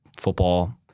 Football